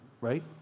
right